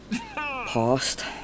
Past